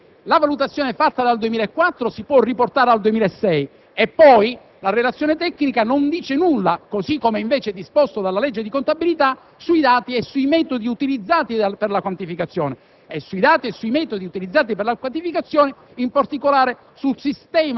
fatta nella relazione tecnica non indica come la valutazione del 2004 si possa riportare al 2006; in secondo luogo, la relazione tecnica non dice nulla, così come invece disposto dalla legge di contabilità, sui dati e sui metodi utilizzati per la quantificazione